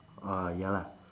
oh ya lah